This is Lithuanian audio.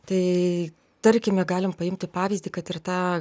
tai tarkime galim paimti pavyzdį kad ir tą